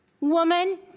Woman